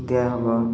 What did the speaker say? ଦିଆହେବ